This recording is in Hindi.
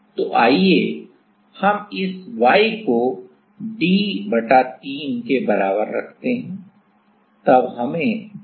तो आइए हम इस y को d बटा 3 के बराबर रखते हैं